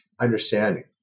understanding